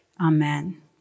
Amen